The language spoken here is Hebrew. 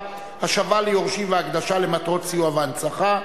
(השבה ליורשים והקדשה למטרות סיוע והנצחה)